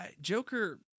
Joker